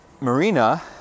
Marina